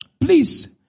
Please